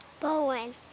Bowen